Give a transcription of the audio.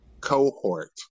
cohort